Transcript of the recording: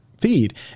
feed